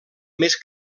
més